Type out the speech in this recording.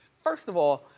first of all,